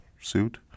suit